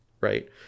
right